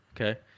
okay